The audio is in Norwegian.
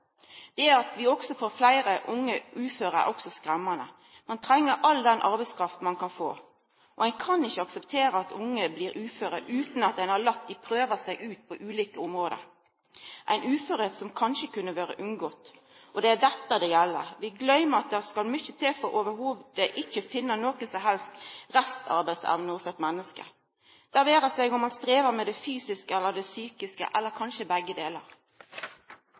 Det at vi også får fleire unge uføre, er også skremmande. Ein treng all den arbeidskrafta ein kan få, og ein kan ikkje akseptera at unge blir uføre utan at dei har fått prøva seg på ulike område – og kanskje unngått å bli ufør. Det er dette det gjeld. Vi gløymer at det skal mykje til for ikkje i det heile å finna noka restarbeidsevne hos eit menneske, om ein strevar med det fysiske eller det psykiske, eller kanskje begge